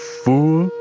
fool